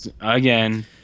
Again